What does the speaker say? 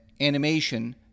animation